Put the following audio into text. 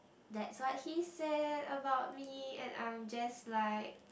that's what he said about me and I'm just like